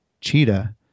cheetah